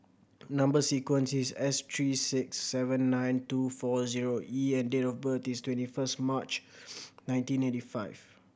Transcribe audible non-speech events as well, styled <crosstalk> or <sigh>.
number sequence is S three six seven nine two four zero E and date of birth is twenty first March <noise> nineteen eighty five